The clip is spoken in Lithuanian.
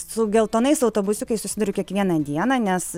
su geltonais autobusiukais susiduriu kiekvieną dieną nes